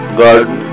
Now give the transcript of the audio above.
garden